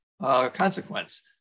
consequence